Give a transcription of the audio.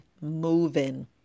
moving